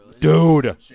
Dude